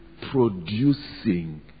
producing